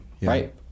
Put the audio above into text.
Right